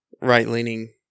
right-leaning